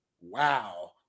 Wow